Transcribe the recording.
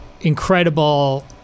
incredible